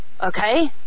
okay